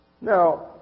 Now